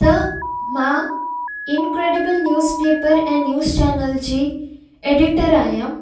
त मां incredible newspaper ऐं न्यूस चैनल जी एडिटर आहियां